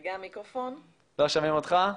תודה רבה,